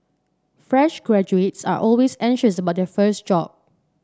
fresh graduates are always anxious about their first job